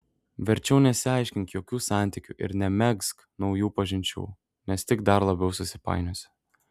verčiau nesiaiškink jokių santykių ir nemegzk naujų pažinčių nes tik dar labiau susipainiosi